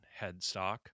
headstock